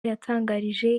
yatangarije